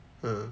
hmm